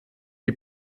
die